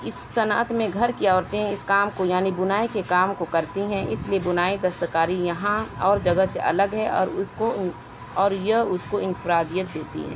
اس صنعت میں گھر کی عورتیں اس کام کو یعنی بُنائی کے کام کو کرتی ہیں اس لئے بُنائی دست کاری یہاں اور جگہ سے الگ ہے اور اس کو اور یہ اس کو انفرادیت دیتی ہیں